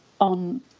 on